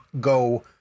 go